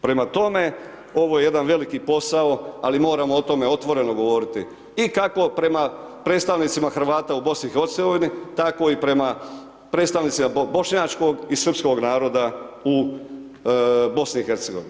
Prema tome, ovo je jedan veliki posao ali moramo o tome otvoreno govoriti i kako prema predstavnicima Hrvata u BiH, tako i prema predstavnicima bošnjačkog i srpskog naroda u BiH.